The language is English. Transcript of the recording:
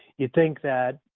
you'd think that,